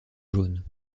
jaunes